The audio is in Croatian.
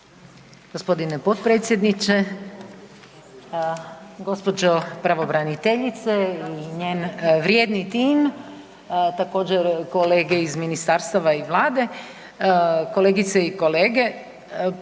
G. potpredsjedniče. Gđo. pravobraniteljice i njen vrijedni tim. Također, kolege iz ministarstava i Vlade, kolegice i kolege.